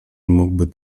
mógłby